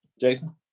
Jason